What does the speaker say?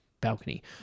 balcony